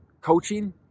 coaching